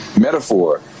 metaphor